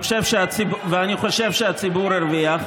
חושב שהציבור הרוויח,